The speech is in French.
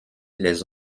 les